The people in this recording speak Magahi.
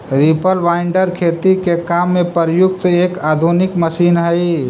रीपर बाइन्डर खेती के काम में प्रयुक्त एक आधुनिक मशीन हई